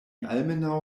almenaŭ